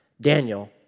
Daniel